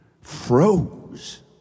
froze